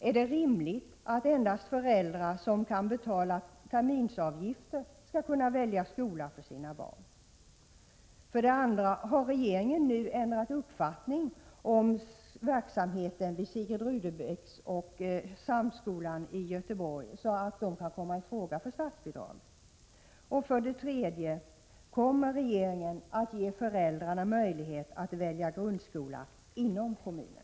Är det rimligt att endast föräldrar som kan betala terminsavgifter skall kunna välja skola för sina barn? 2. Har regeringen nu ändrat uppfattning om verksamheten vid Sigrid Rudebecks gymnasium och högre samskolan i Göteborg, så att de kan komma i fråga för statsbidrag? 3. Kommer regeringen att ge föräldrarna möjlighet att välja grundskola inom kommunen?